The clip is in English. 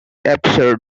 absurd